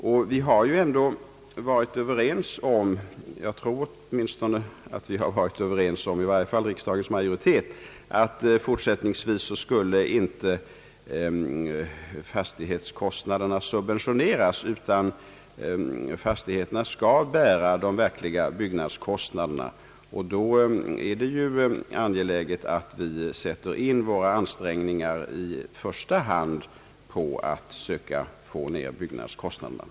Och vi har ju ändå varit överens — i varje fall riksdagens majoritet — om att fastighetskostnaderna fortsättningsvis inte skulle subventioneras; fastigheterna skall bära de verkliga byggnadskostnaderna. Då är det angeläget att vi sätter in våra ansträngningar i första hand på att söka få ner byggnadskostnaderna.